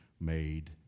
made